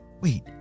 Wait